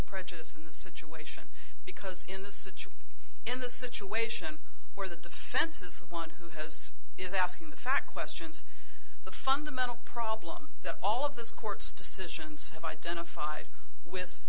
prejudice in the situation because in this situation in the situation where the defense is the one who has is asking the fact questions the fundamental problem that all of this court's decisions have identified with